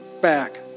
back